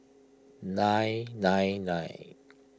nine nine nine